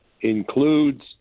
includes